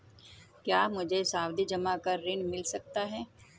क्या मुझे सावधि जमा पर ऋण मिल सकता है?